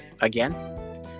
again